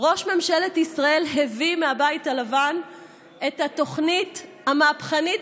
ראש ממשלת ישראל הביא מהבית הלבן את התוכנית המהפכנית